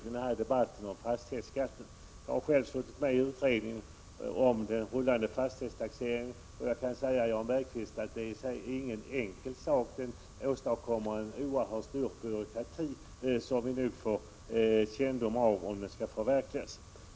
Jag har själv suttit med i utredningen om den rullande fastighetstaxeringen, och jag kan säga till Jan Bergqvist att det inte är enkelt att genomföra en sådan. Den skulle åstadkomma en oerhört stor byråkrati, som vi kommer att få känning av om den skulle förverkligas.